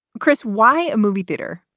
chris, why a movie theater?